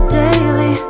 daily